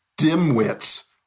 dimwits